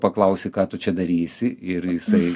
paklausi ką tu čia darysi ir jisai